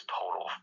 total